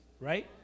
Right